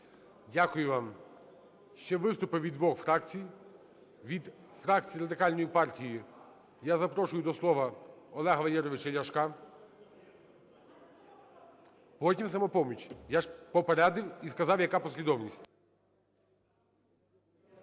Дякую вам. Ще виступи від двох фракцій. Від фракції Радикальної партії я запрошую до слова Олега Валерійовича Ляшка. Потім "Самопоміч". Я ж попередив і сказав, яка послідовність.